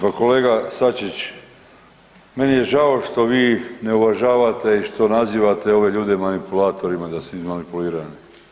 Pa kolega Sačić, meni je žao što vi ne uvažavate i što nazivate ove ljude manipulatorima da su izmanipulirani.